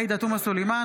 עאידה תומא סלימאן,